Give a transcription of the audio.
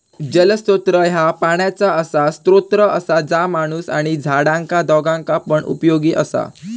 जलस्त्रोत ह्या पाण्याचा असा स्त्रोत असा जा माणूस आणि झाडांका दोघांका पण उपयोगी असा